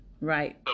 Right